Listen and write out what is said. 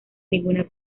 ninguna